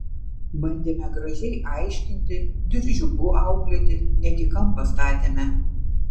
bandėme gražiai aiškinti diržiuku auklėti net į kampą statėme